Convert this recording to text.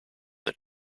that